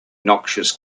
noxious